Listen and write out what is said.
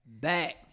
back